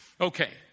Okay